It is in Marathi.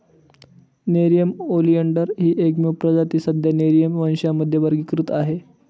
नेरिअम ओलियंडर ही एकमेव प्रजाती सध्या नेरिअम वंशामध्ये वर्गीकृत आहे